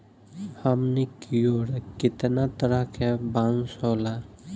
हमनी कियोर कितना तरह के बांस होला